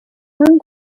song